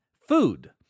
food